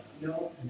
No